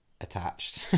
attached